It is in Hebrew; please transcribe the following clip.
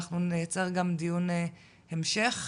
נקיים גם דיון המשך.